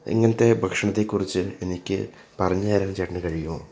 ഇങ്ങനത്തെ ഭക്ഷണത്തെക്കുറിച്ച് എനിക്ക് പറഞ്ഞ് തരാൻ ചേട്ടന് കഴിയുമോ